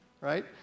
right